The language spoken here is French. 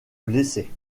blessés